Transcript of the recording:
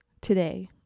today